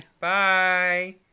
Bye